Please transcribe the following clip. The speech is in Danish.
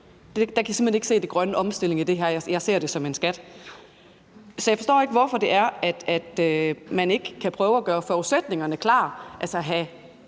Jeg kan simpelt hen ikke se den grønne omstilling i det her, og jeg ser det som en skat. Så jeg forstår ikke, hvorfor man ikke kan prøve at gøre forudsætningerne klar,